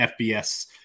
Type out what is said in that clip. FBS